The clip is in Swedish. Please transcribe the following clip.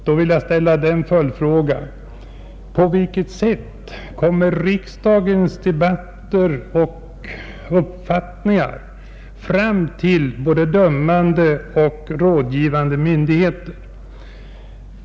Då vill jag ställa följdfrågan: På vilket sätt kommer riksdagens debatter och uppfattningar fram till våra dömande och rådgivande myndigheter?